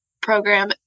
program